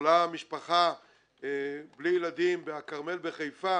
יכולה משפחה בלי ילדים בכרמל בחיפה